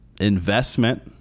investment